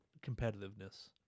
Competitiveness